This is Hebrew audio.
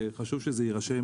וחשוב שזה יירשם